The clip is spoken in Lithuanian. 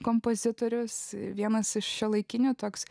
kompozitorius vienas iš šiuolaikinių toks